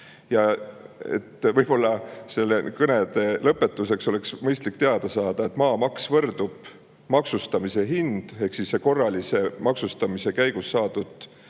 Võib-olla kõnede lõpetuseks oleks mõistlik teada saada, et maamaks võrdub maksustamishind ehk korralise maksustamise käigus saadud